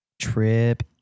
trip